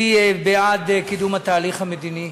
אני בעד קידום התהליך המדיני.